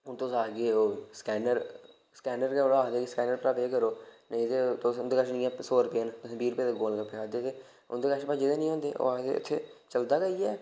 ते तुस स्कैनर उप्पर पेऽ करी ओडो ते अगर तुस बी रपे दे गोल गफ्फे खाई ओड़े ते सौ रपे दी चेंज उं'दे कश होंदी गै निं ऐ उ'नै आखी ओड़ना स्कैनर उप्पर पेऽ करी ओडो